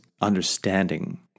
understanding